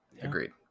Agreed